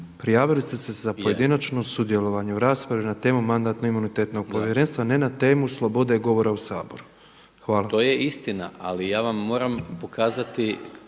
prijavili ste se za pojedinačno sudjelovanje u raspravi na temu Mandatno-imunitetnog povjerenstva, ne na temu slobode govora u saboru. Hvala. **Maras, Gordan (SDP)** To je istina ali ja vam moram kazati